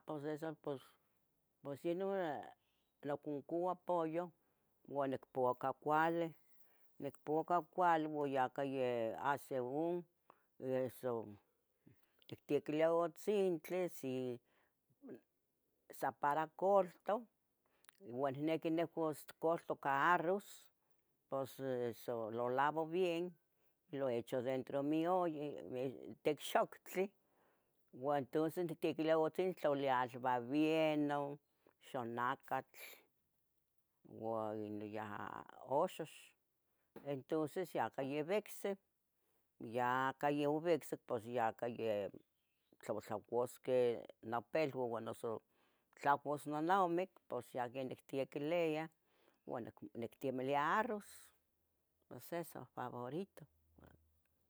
Pos eso pos, pos yeh non, noconcua pollo, ua nicpuaca cuali, nicpuaca cuali ua yiacah yeh a según eso tictequilia utzintli si san para colto, ua nihniqui nucuas colto ca árroz, pos eso lo lavo bien, lo hecho dentro mi olla ye tic xoctli uan tonces nictequilia utzintli intlalilia albabieno, xonacatl, ua ino yaha uxox, entonce yiaca yobicsib, yiaca yobicsic pos yaca yeh tlatlacuasqueh nopilua noso tlacuas nonomic, pos yaca nictequiliah ua nictemilia árroz, pos es su favorito.